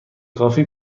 کافی